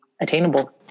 attainable